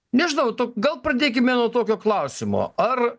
nežinau gal pradėkime nuo tokio klausimo ar